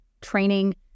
training